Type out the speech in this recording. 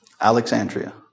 Alexandria